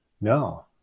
no